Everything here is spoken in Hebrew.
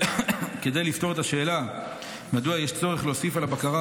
וכדי לפתור את השאלה מדוע יש צורך להוסיף על הבקרה